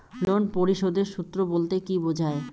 Loan পরিশোধের সূএ বলতে কি বোঝায়?